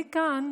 אני כאן